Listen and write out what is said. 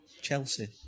Chelsea